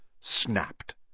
snapped